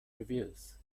reviews